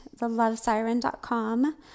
thelovesiren.com